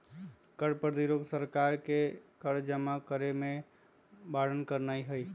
कर प्रतिरोध सरकार के कर जमा करेसे बारन करनाइ हइ